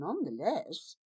nonetheless